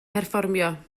perfformio